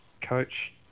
coach